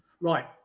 Right